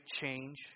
change